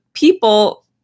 People